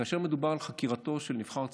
כאשר מדובר על חקירתו של נבחר ציבור,